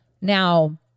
now